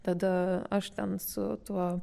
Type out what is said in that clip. tada aš ten su tuo